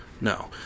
No